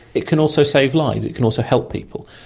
it can also save lives, it can also help people.